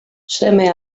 seme